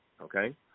Okay